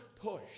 push